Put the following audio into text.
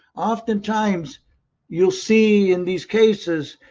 oftentimes you will see in these cases,